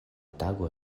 tago